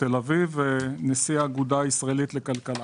תל אביב ונשיא האגודה הישראלית לכלכלה.